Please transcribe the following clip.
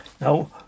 Now